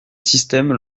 système